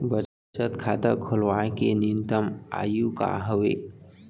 बचत खाता खोलवाय के न्यूनतम आयु का हवे?